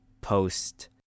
post